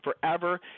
forever